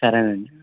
సరేనండి